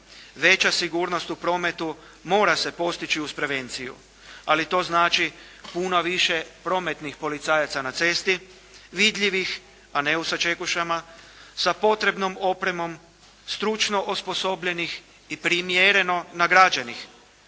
Veća sigurnost u prometu mora se postići uz prevenciju, ali to znači puno više prometnih policajaca na cesti vidljivih, a ne u sačekušama, sa potrebnom opremom, stručno osposobljenih i primjereno nagrađenih.